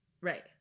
Right